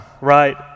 right